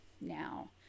now